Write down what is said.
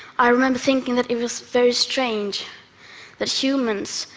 i remember thinking that it was very strange that humans,